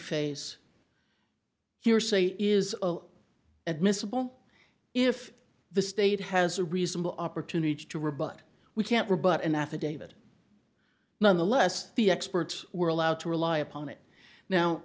phase hearsay is admissible if the state has a reasonable opportunity to rebut we can't rebut an affidavit nonetheless the experts were allowed to rely upon it now